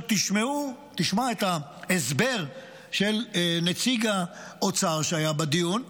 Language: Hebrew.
תשמע את ההסבר של נציג האוצר שהיה בדיון.